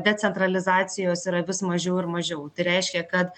decentralizacijos yra vis mažiau ir mažiau tai reiškia kad